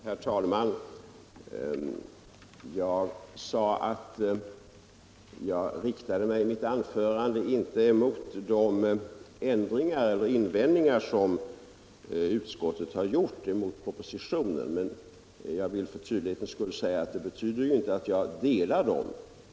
Herr talman! Jag sade att jag inte riktade mig mot de invändningar utskottet har gjort mot propositionen, men jag vill för tydlighets skull säga att det ju inte betyder att jag delar dem.